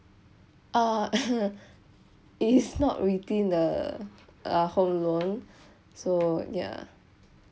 uh it's not within the uh home loan so ya